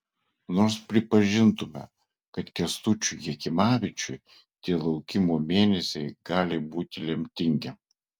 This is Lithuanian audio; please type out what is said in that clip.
nors pripažintume kad kęstučiui jakimavičiui tie laukimo mėnesiai gali būti lemtingi